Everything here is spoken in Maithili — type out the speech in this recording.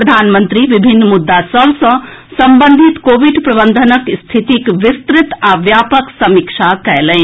प्रधानमंत्री विभिन्न मुद्दा सभ सँ संबंधित कोविड प्रबंधनक स्थितिक विस्तृत आ व्यापक समीक्षा कयलनि